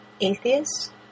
atheist